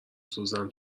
سوزن